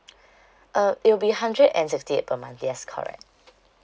uh it will be hundred and sixty eight per month yes correct